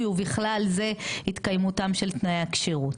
ובכלל זה התקיימותם של תנאי הכשירות'.